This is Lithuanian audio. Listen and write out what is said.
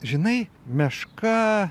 žinai meška